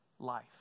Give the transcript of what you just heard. life